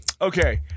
okay